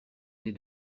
nez